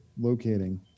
locating